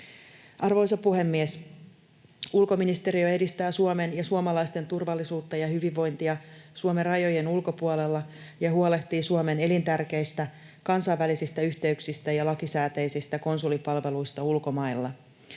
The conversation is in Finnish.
Arvoisa puhemies! Ulkoministeriö edistää Suomen ja suomalaisten turvallisuutta ja hyvinvointia Suomen rajojen ulkopuolella ja huolehtii Suomen elintärkeistä kansainvälisistä yhteyksistä ja lakisääteisistä konsulipalveluista ulkomailla.